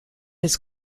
his